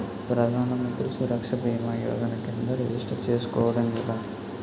ప్రధాన మంత్రి సురక్ష భీమా యోజన కిందా రిజిస్టర్ చేసుకోవటం ఎలా?